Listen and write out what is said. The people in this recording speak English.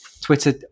Twitter